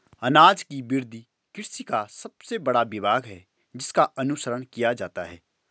अनाज की वृद्धि कृषि का सबसे बड़ा विभाग है जिसका अनुसरण किया जाता है